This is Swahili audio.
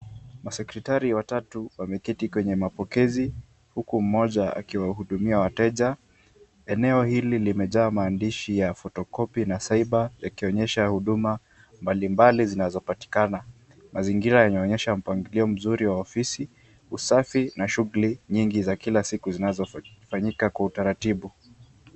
Masekretali watatu wameketi kwenye mapokezi huku mmoja akiwahudumia wateja. Eneo hili limejaa maandishi ya photocopy na cyber yakionyesha huduma mbali mbali zinazopatikana. Mazingira yanaoyesha mpangilio mzuri wa ofisi usafi na shughuli nyingi zinazofanyika kwa utaratibu.